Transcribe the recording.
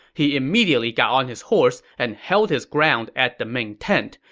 he immediately got on his horse and held his ground at the main tent.